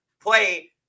play